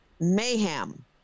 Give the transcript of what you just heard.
mayhem